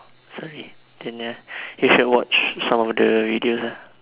sorry didn't hear you should watch some of the videos ah